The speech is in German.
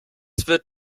wird